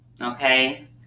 Okay